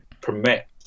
permit